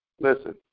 Listen